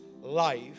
life